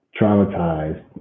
traumatized